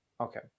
Okay